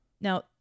Now